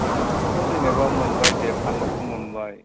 एम्फौखौथ' जेन'बा मोनबाय दे फाननोबो मोनबाय